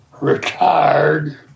retired